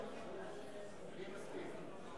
אני מסכים במאה אחוז.